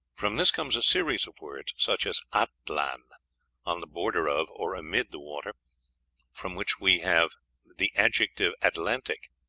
from this comes a series of words, such as atlan on the border of or amid the water from which we have the adjective atlantic.